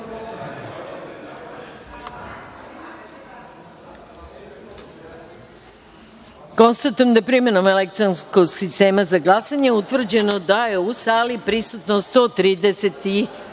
da je primenom elektronskog sistema za glasanje utvrđeno da je u sali prisutno 139